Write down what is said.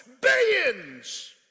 billions